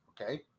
Okay